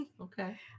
Okay